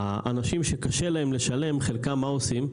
האנשים שקשה להם לשלם, חלקם מה עושים?